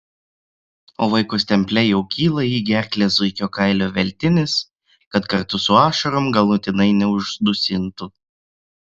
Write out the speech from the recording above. o vaiko stemple jau kyla į gerklę zuikio kailio veltinis kad kartu su ašarom galutinai neuždusintų